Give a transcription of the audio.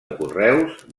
correus